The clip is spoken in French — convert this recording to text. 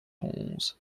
onze